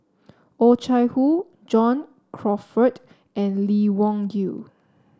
Oh Chai Hoo John Crawfurd and Lee Wung Yew